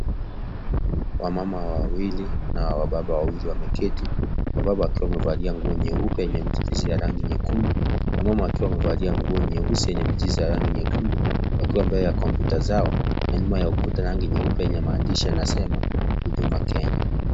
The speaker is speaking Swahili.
Wamama wawili nao wababa wawili wameketi, wababa wakiwa wamevalia nguo nyeupe yenye michirizi ya rangi nyekundu, wamama wakiwa wamevalia nguo nyeusi yenye michirizi ya rangi nyekundu wakiwa mbele ya kompyuta zao na nyuma ya ukuta rangi nyeupe yenye maandishi yanasema, huduma Kenya